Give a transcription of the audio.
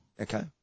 okay